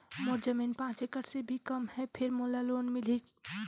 मोर जमीन पांच एकड़ से भी कम है फिर लोन मोला मिलही?